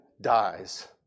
dies